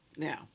Now